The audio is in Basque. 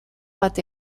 bat